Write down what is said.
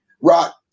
Rock